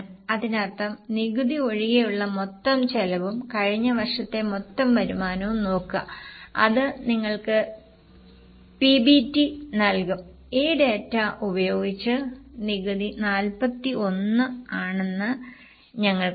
അതിനർത്ഥം നികുതി ഒഴികെയുള്ള മൊത്തം ചെലവും കഴിഞ്ഞ വർഷത്തെ മൊത്തം വരുമാനവും നോക്കുക അത് നിങ്ങൾക്ക് PBT നൽകും ഈ ഡാറ്റ ഉപയോഗിച്ച് നികുതി 41 ആണെന്ന് ഞങ്ങൾക്കറിയാം